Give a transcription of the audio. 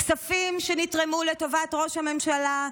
כספים שנתרמו לטובת ראש הממשלה,